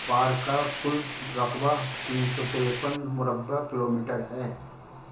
park کا کل رقبہ تین سو تریپن مربع کلو میٹر ہے